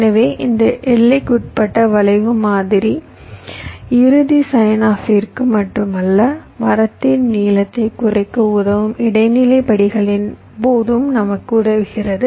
எனவே இந்த எல்லைக்குட்பட்ட வளைவு மாதிரி இறுதி சைன்ஆப்பிற்கு மட்டுமல்ல மரத்தின் நீளத்தைக் குறைக்க உதவும் இடைநிலை படிகளின் போதும் நமக்கு உதவுகிறது